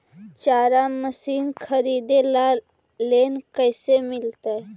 चारा मशिन खरीदे ल लोन कैसे मिलतै?